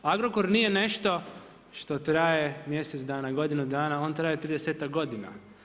Agrokor nije nešto što traje, mjesec dana, godinu dana, on traje 30-tak godina.